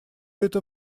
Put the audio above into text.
это